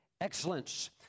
excellence